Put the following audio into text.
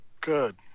Good